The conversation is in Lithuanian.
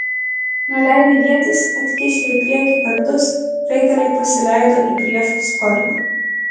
nuleidę ietis atkišę į priekį kardus raiteliai pasileido į priešo sparną